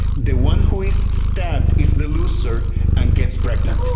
the one who is stabbed is the loser and gets pregnant. oh